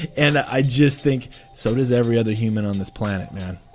and i just think so does every other human on this planet, man.